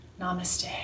Namaste